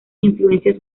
influencias